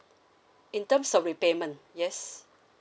in terms of repayment yes